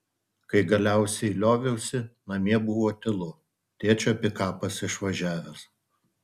kai galiausiai lioviausi namie buvo tylu tėčio pikapas išvažiavęs